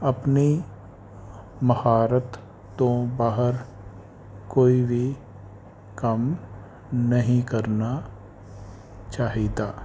ਆਪਣੀ ਮਹਾਰਤ ਤੋਂ ਬਾਹਰ ਕੋਈ ਵੀ ਕੰਮ ਨਹੀਂ ਕਰਨਾ ਚਾਹੀਦਾ